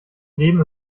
leben